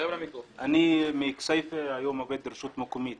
אני מכסייפה, היום עובד ברשות מקומית.